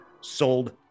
sold